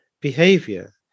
behavior